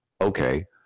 Okay